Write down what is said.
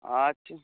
আচ্ছা